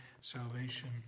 salvation